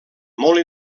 molt